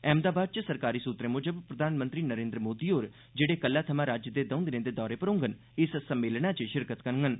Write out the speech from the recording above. अहमदाबाद च सरकारी सूत्रें मुजब प्रधानमंत्री नरेन्द्र मोदी होर जेहड़े कल्लै थमां राज्य दे दौं दिनें दे दौरे पर होड़न इस सम्मेलनै च शिरकत करगंन